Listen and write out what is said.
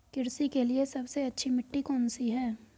कृषि के लिए सबसे अच्छी मिट्टी कौन सी है?